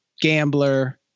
gambler